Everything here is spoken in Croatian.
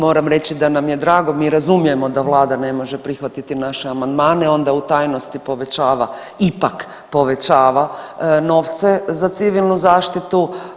Moram reći da nam je drago, mi razumijemo da vlada ne može prihvatiti naše amandmane, onda u tajnosti povećava, ipak povećava novce za civilnu zaštitu.